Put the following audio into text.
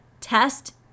Test